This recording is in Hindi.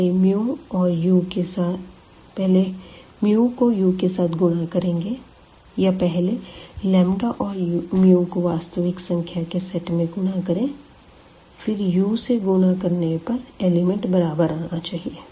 पहले को u के साथ गुणा करेंगे या पहले और को वास्तविक संख्या के सेट में गुणा करें फिर u से गुणा करने पर एलिमेंट बराबर आना चाहिए